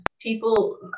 people